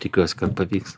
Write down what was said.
tikiuosi kad pavyks